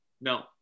No